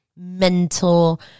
Mental